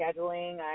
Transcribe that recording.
scheduling